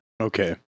Okay